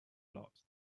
lot